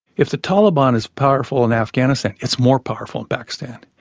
if the taliban is powerful in afghanistan, it's more powerful in pakistan.